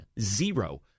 Zero